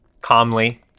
calmly